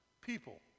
people